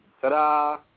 ta-da